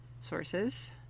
sources